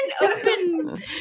open